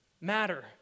matter